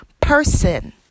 person